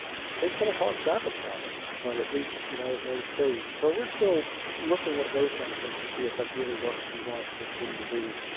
it's going it cause traffic problems. but at least you know it may save. so we're still looking at those kind of things to see if that's really what we want the city to be.